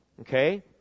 Okay